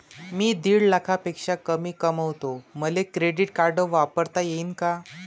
मी दीड लाखापेक्षा कमी कमवतो, मले क्रेडिट कार्ड वापरता येईन का?